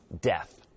death